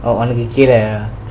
oh உனக்கு கிழ:unakku kizha